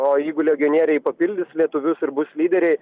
o jeigu legionieriai papildys lietuvius ir bus lyderiai